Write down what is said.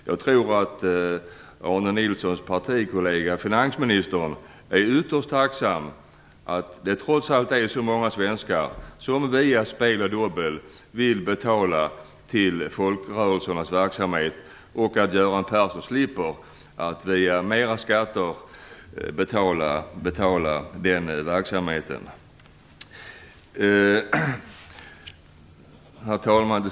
Jag tror att Arne Nilssons partikollega finansminstern är ytterst tacksam för att det trots allt är så många svenskar som via spel och dobbel vill betala folkrörelsernas verksamhet. Vidare slipper Göran Persson att via mera skatter betala för den verksamheten. Herr talman!